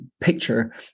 picture